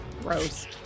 gross